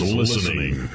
listening